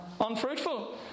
Unfruitful